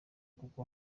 kuko